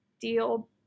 deal